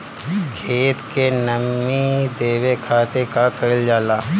खेत के नामी देवे खातिर का कइल जाला?